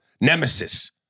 nemesis